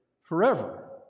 forever